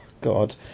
God